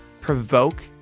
provoke